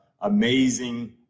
amazing